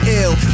ill